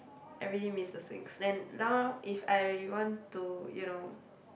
I really miss the swings then now if I want to you know